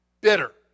Bitter